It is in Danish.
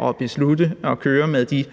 og beslutte at køre med de